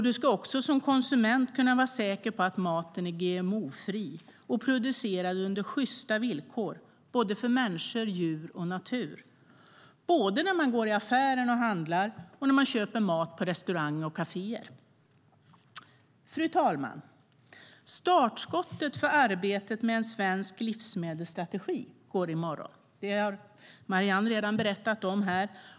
Du ska också som konsument kunna vara säker på att maten är GMO-fri och producerad under sjysta villkor för människor, djur och natur. Det gäller både när man går i affären och handlar och när man köper mat på restauranger och kaféer. Fru talman! Startskottet för arbetet med en svensk livsmedelsstrategi går i morgon. Det har Marianne redan berättat om här.